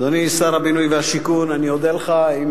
אדוני שר הבינוי והשיכון, אני אודה לך אם,